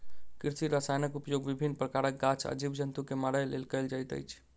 कृषि रसायनक उपयोग विभिन्न प्रकारक गाछ आ जीव जन्तु के मारय लेल कयल जाइत अछि